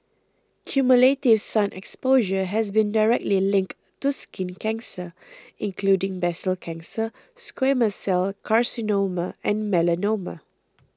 cumulative sun exposure has been directly linked to skin cancer including basal cell cancer squamous cell carcinoma and melanoma